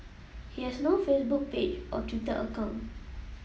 he has no Facebook page or Twitter account